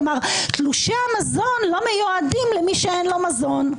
כלומר, תלושי המזון לא מיועדים למי שאין לו מזון.